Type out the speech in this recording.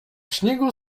śniegu